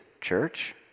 church